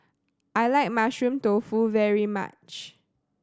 I like Mushroom Tofu very much